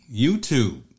YouTube